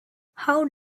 how